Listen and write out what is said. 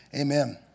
amen